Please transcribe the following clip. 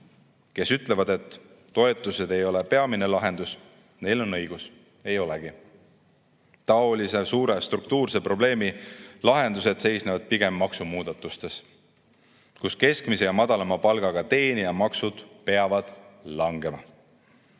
kes ütlevad, et toetused ei ole peamine lahendus, on õigus. Ei olegi. Taolise suure struktuurse probleemi lahendused seisnevad pigem maksumuudatustes – keskmise ja sellest madalama palga teenijate maksud peavad langema.